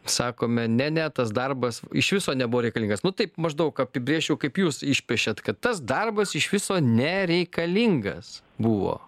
sakome ne ne tas darbas iš viso nebuvo reikalingas nu taip maždaug apibrėžčiau kaip jūs išpešėt kad tas darbas iš viso nereikalingas buvo